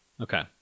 okay